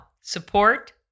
support